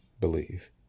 believe